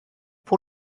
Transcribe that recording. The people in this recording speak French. pour